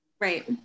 right